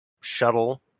shuttle